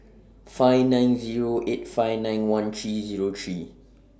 five nine Zero eight five nine one three Zero three